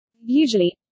usually